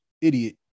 idiot